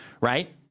right